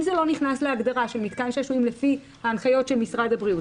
אם זה לא נכנס להגדרה של מתקן שעשועים לפי ההנחיות של משרד הבריאות,